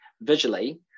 visually